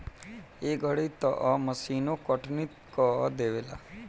ए घरी तअ मशीनो कटनी कअ देवेला